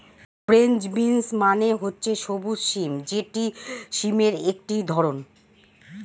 French beans মানে হচ্ছে সবুজ সিম যেটি সিমের একটি ধরণ